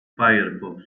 firefox